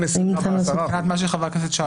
מה שחבר הכנסת שאל.